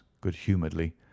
good-humouredly